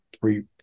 three